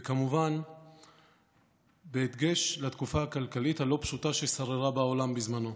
וכמובן בדגש על התקופה הכלכלית הלא-פשוטה ששררה בעולם בזמנו.